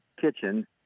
kitchen